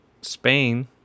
Spain